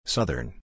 Southern